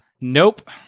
Nope